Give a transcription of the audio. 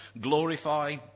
glorify